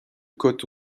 côte